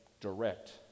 direct